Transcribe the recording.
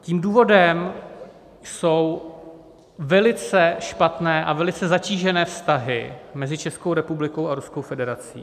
Tím důvodem jsou velice špatné a velice zatížené vztahy mezi Českou republikou a Ruskou federací.